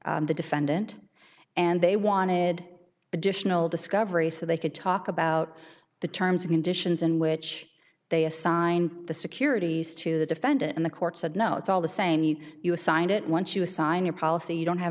to the defendant and they wanted additional discovery so they could talk about the terms and conditions in which they assign the securities to the defendant and the courts said no it's all the same you signed it once you sign your policy you don't have